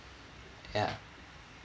ya